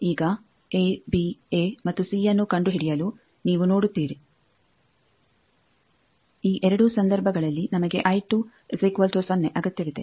ಈಗ A B A ABA ಮತ್ತು C ಅನ್ನು ಕಂಡುಹಿಡಿಯಲು ನೀವು ನೋಡುತ್ತೀರಿ ಈ ಎರಡೂ ಸಂದರ್ಭಗಳಲ್ಲಿ ನಮಗೆ ಅಗತ್ಯವಿದೆ